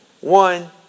One